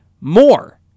More